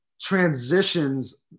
transitions